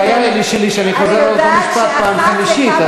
הבעיה שלי היא שאני חוזר על אותו משפט פעם חמישית,